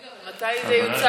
רגע, מתי זה יוצג?